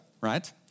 right